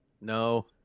No